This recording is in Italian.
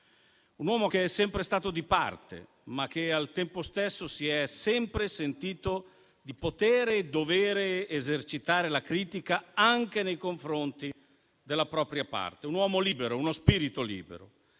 un uomo che è sempre stato di parte, ma che al tempo stesso si è sempre sentito di potere e dovere esercitare la critica anche nei confronti della propria parte; un uomo libero, uno spirito libero.